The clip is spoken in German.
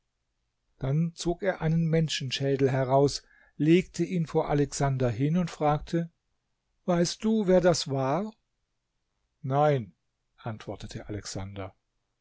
dann zog er einen menschenschädel heraus legte ihn vor alexander hin und fragte weißt du wer das war nein antwortete alexander